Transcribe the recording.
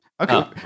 Okay